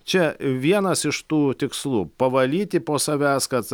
čia vienas iš tų tikslų pavalyti po savęs kad